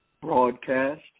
broadcast